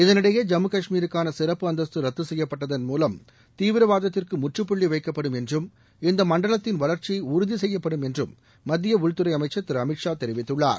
இதனிடையே ஜம்மு கஷ்மீருக்கான சிறப்பு அந்தஸ்தரத்து செய்யப்பட்டதன் மூலம் தீவிரவாதத்திற்கு முற்றுப்புள்ளி வைக்கப்படும் என்றும் இந்த மண்டலத்தின் வளர்ச்சி உறுதி கெய்யப்படும் என்றும் மத்திய உள்துறை அமைச்சர் திரு அமித்ஷா தெரிவித்துள்ளார்